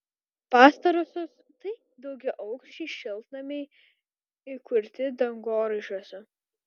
pastarosios tai daugiaaukščiai šiltnamiai įkurti dangoraižiuose